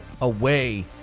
away